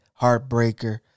heartbreaker